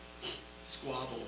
squabble